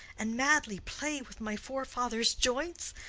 and madly play with my forefathers' joints,